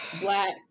black